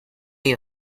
you